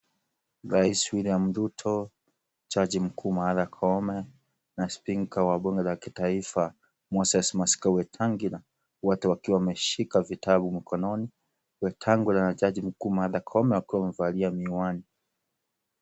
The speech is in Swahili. Rais William Ruto, jaji mkuu Martha Koome na spika wa bunge la kitaifa, Moses Masika Wetangula, wote wakiwa wameshika vitabu mikononi. Wetangula na jaji mkuu Martha Koome wakiwa wamevalia miwani.